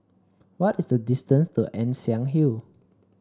what is the distance to Ann Siang Hill